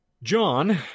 John